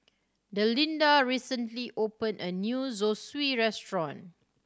Delinda recently opened a new Zosui Restaurant